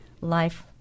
life